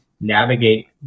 navigate